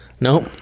Nope